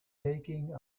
taking